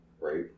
Right